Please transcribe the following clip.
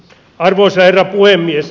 arvoisa herra puhemies